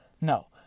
No